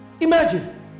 Imagine